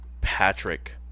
Patrick